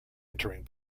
entering